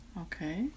Okay